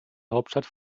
hauptstadt